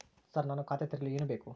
Sir ನಾನು ಖಾತೆ ತೆರೆಯಲು ಏನು ಬೇಕು?